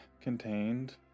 contained